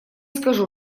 скажу